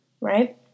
right